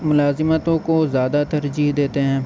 ملازمتوں کو زیادہ ترجیح دیتے ہیں